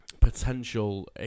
potential